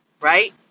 Right